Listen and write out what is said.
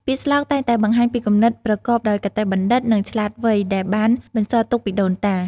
ពាក្យស្លោកតែងតែបង្ហាញពីគំនិតប្រកបដោយគតិបណ្ឌិត និងឆ្លាតវៃដែលបានបន្សល់ទុកពីដូនតា។